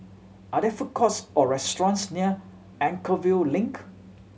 are there food courts or restaurants near Anchorvale Link